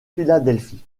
philadelphie